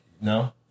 no